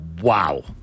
Wow